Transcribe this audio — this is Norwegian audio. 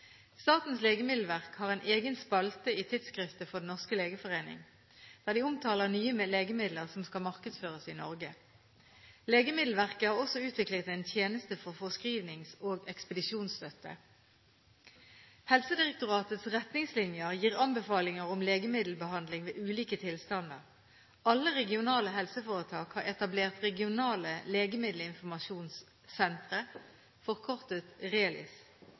Statens legemiddelverk har en egen spalte i Tidsskrift for Den norske legeforening, der de omtaler nye legemidler som skal markedsføres i Norge. Legemiddelverket har også utviklet en tjeneste for forskrivnings- og ekspedisjonsstøtte. Helsedirektoratets retningslinjer gir anbefalinger om legemiddelbehandling ved ulike tilstander. Alle regionale helseforetak har etablert regionale legemiddelinformasjonssentre, forkortet RELIS.